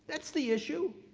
that's the issue.